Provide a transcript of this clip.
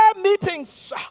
meetings